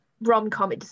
rom-com